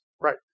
Right